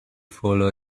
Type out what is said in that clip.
follow